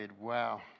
Wow